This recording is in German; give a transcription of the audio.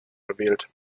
gewählt